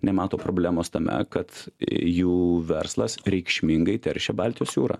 nemato problemos tame kad jų verslas reikšmingai teršia baltijos jūrą